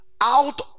out